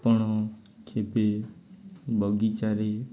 ଆପଣ କେବେ ବଗିଚାରେ